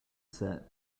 set